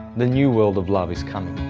the new world of love is coming.